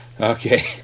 okay